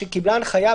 שקיבלה הנחיה,